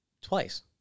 Twice